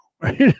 right